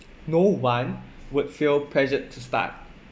no one would feel pressured to start